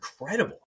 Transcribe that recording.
incredible